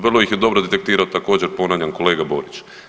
Vrlo ih je dobro detektirao također ponavljam kolega Borić.